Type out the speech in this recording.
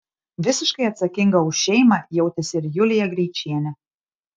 visiškai atsakinga už šeimą jautėsi ir julija greičienė